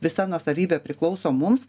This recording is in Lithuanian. visa nuosavybė priklauso mums